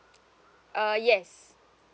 uh yes